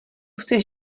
chceš